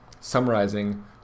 summarizing